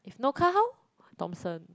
if no car how Thomson